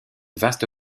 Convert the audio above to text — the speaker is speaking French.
vaste